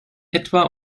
etwa